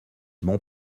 mon